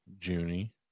Junie